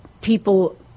people